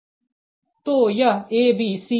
तो यह a b c है